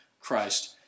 Christ